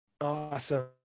awesome